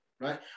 right